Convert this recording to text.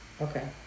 Okay